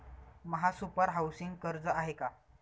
महासुपर हाउसिंग कर्ज आहे का?